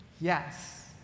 Yes